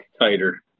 Tighter